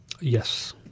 Yes